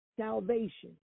salvation